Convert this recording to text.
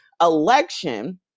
election